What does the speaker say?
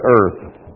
earth